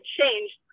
changed